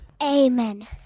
Amen